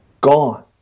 gone